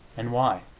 and why?